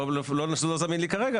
לא זמין לי כרגע.